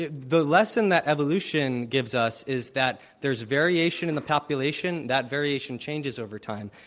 the the lesson that evolution gives us is that there's variation in the population. that variation changes over time.